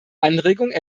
anregung